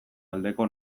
aldeko